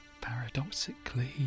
paradoxically